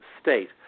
state